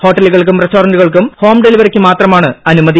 ഹോട്ടലുകൾക്കും റസ്റ്റോറന്റുകൾക്കും ഹോം ഡെലിവറിക്ക് മാത്രമാണ് അനുമതി